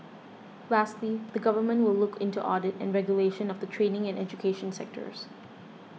lastly the government will look into audit and regulation of the training and education sectors